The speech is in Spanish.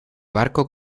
barco